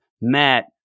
Matt